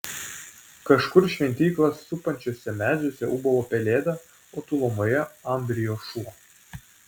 kažkur šventyklą supančiuose medžiuose ūbavo pelėda o tolumoje ambrijo šuo